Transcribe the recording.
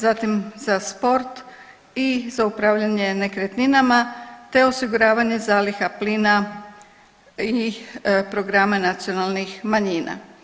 Zatim za sport i za upravljanje nekretninama te osiguravanje zaliha plina i programa nacionalnih manjina.